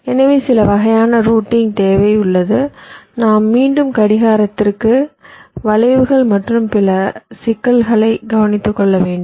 எனவே சில வகையான ரூட்டிங் தேவை உள்ளது நாம் மீண்டும் கடிகாரத்திற்கு வளைவுகள் மற்றும் பிற சிக்கல்களைக் கவனித்துக்கொள்ள வேண்டும்